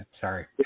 Sorry